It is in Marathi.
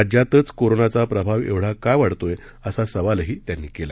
राज्यातच कोरोनाचा प्रभाव एवढा का वाढतो आहे असा सवालही त्यांनी केला